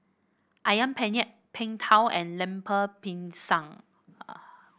ayam Penyet Png Tao and Lemper Pisang